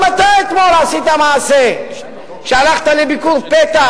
גם אתה אתמול עשית מעשה שהלכת לביקור פתע